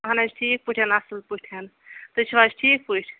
اہن حظ ٹھیٖک پٲٹھۍ اَصٕل پٲٹھۍ تُہۍ چھُ حظ ٹھیٖک پٲٹھۍ